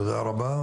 תודה רבה.